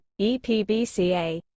epbca